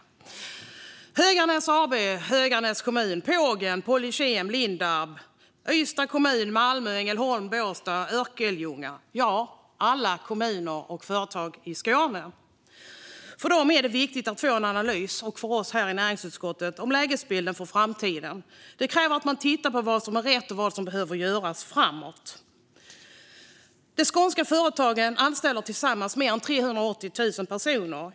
För Höganäs AB, Höganäs kommun, Pågen, Polykemi, Lindab, Ystad kommun, Malmö, Ängelholm, Båstad och Örkelljunga, ja, för alla kommuner och företag i Skåne och för oss i näringsutskottet är det viktigt att få en analys av lägesbilden för framtiden. Det kräver att man tittar på vad som är rätt och vad som behöver göras framåt. De skånska företagen anställer tillsammans mer än 380 000 personer.